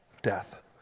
death